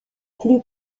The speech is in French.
plus